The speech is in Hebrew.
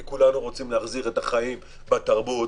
כי כולנו רוצים להחזיר את החיים בתרבות,